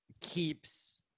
keeps